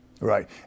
Right